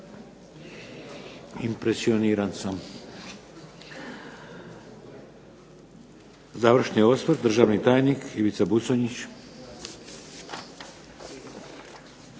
Impresioniran sam. Završni osvrt, državni tajnik Ivica Buconjić.